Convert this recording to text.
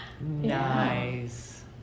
nice